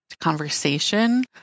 conversation